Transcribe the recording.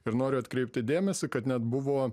ir noriu atkreipti dėmesį kad net buvo